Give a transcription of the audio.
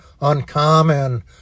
uncommon